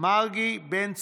יעקב מרגי, יואב בן צור,